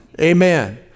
amen